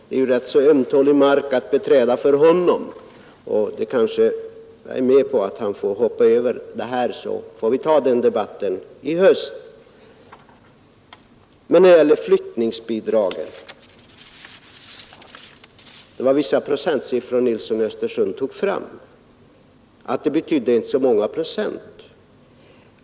Det är ju rätt så ömtålig mark att beträda för honom, och jag är med på att han här får hoppa över det ämnet, så får vi ta den debatten i höst. I fråga om flyttningsbidragen tog herr Nilsson i Östersund fram vissa procentsiffror och sade att det inte betydde så många procent.